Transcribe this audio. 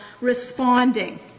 responding